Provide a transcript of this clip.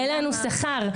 העלנו שכר.